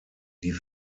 die